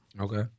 Okay